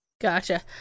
gotcha